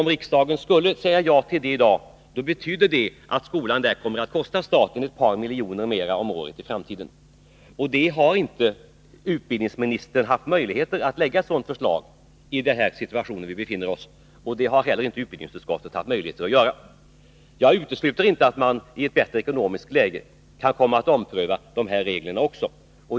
Om riksdagen skulle säga ja till de planerna i dag, betyder det att denna skola kommer att kosta staten ett par miljoner kronor mer om året i framtiden. Varken utbildningsministern eller utbildningsutskottet har haft möjlighet att framlägga ett sådant förslag i den situation som vi nu befinner oss i. Jag utesluter inte att man i ett bättre ekonomiskt läge kan komma att ompröva dessa regler.